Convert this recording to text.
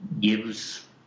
gives